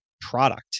product